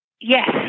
Yes